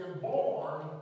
born